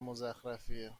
مزخرفیه